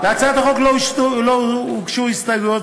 להצעת החוק לא הוגשו הסתייגויות,